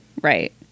Right